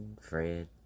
Fred